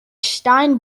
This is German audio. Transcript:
stein